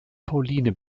pauline